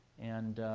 and